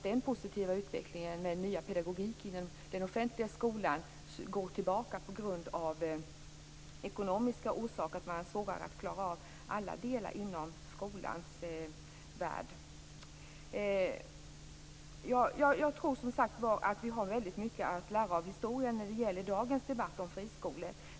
Den positiva utvecklingen med alternativa pedagogiker i den offentliga skolan får inte gå tillbaka på grund av ekonomiska orsaker när man har svårare att klara av alla delar inom skolans värld. Jag tror, som sagt, att vi har väldigt mycket att lära av historien när det gäller dagens debatt om friskolor.